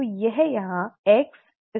तो यह यहाँ XaY है